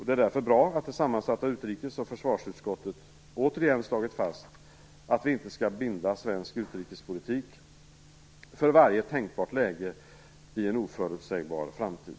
Det är därför bra att det sammansatta utrikes och försvarsutskottet återigen slagit fast att vi inte skall binda svensk utrikespolitik för varje tänkbart läge i en oförutsägbar framtid.